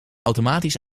automatisch